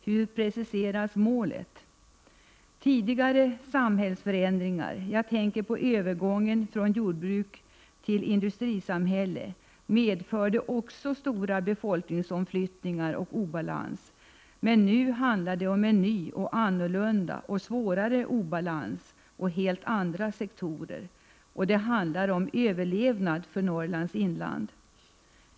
Hur preciseras målet? Tidigare samhällsförändringar — jag tänker på övergången från jordbrukstill industrisamhälle — medförde också stora befolkningsomflyttningar och obalans. Nu handlar det dock om en ny och annorlunda och svårare obalans samt helt andra sektorer. Det handlar om överlevnad för Norrlands inland.